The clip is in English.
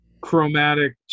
chromatic